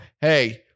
hey